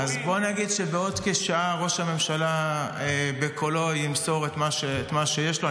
בוא נגיד שבעוד כשעה ראש הממשלה בקולו ימסור את מה שיש לו,